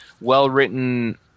well-written